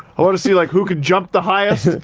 i want to see like who could jump the highest.